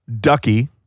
Ducky